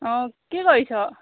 অঁ কি কৰিছ